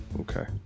Okay